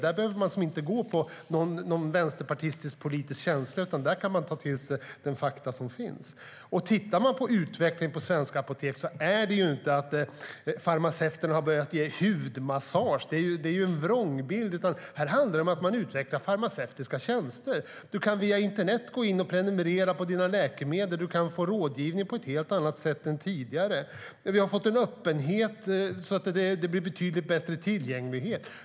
Där behöver man inte gå på någon vänsterpartistisk politisk känsla, utan där kan man ta till sig de fakta som finns. Om man tittar på utvecklingen på svenska apotek ser man att farmaceuterna inte har börjat ge hudmassage. Det är en vrångbild. Det handlar om att utveckla farmaceutiska tjänster. Man kan via internet gå in och prenumerera på sina läkemedel och få rådgivning på ett helt annat sätt än tidigare. Vi har fått en öppenhet så att det blir betydligt bättre tillgänglighet.